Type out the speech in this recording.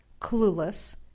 clueless